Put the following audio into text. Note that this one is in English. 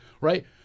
right